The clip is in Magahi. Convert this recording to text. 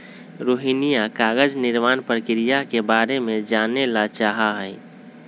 रोहिणीया कागज निर्माण प्रक्रिया के बारे में जाने ला चाहा हई